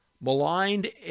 maligned